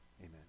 Amen